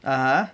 ah ah